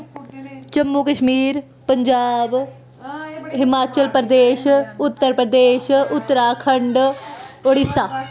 Jammu Kashmir Punjab Himachal Pradesh Uttar Pradesh Uttarakhand Orissa